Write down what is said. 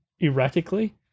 erratically